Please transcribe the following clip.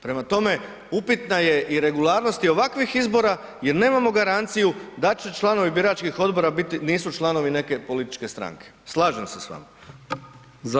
Prema tome, upitna je i regularnost i ovakvih izbora jer nemamo garanciju da će članovi biračkih odbora biti, nisu članovi neke političke stranke, slažem se s vama.